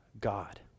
God